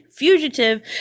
Fugitive